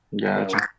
Gotcha